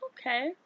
Okay